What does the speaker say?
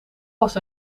was